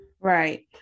Right